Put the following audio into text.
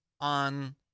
on